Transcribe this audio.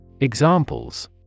Examples